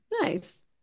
nice